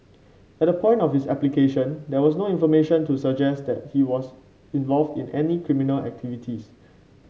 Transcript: at the point of his application there was no information to suggest that he was involved in any criminal activities